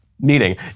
meeting